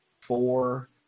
Four